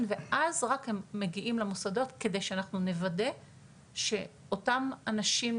ואז רק הם מגיעים למוסדות כדי שאנחנו נוודא שאותם אנשים